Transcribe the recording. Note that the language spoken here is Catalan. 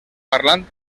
parlant